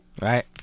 right